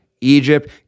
Egypt